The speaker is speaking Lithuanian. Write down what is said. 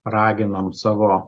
raginam savo